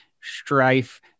strife